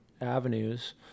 avenues